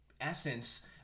essence